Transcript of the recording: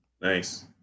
Nice